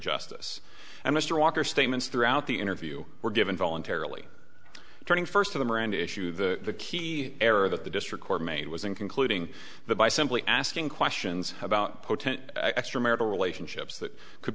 justice and mr walker statements throughout the interview were given voluntarily turning first of the miranda issue the key error that the district court made was in concluding the by simply asking questions about potential extramarital relationships that could